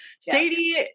sadie